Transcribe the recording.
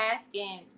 asking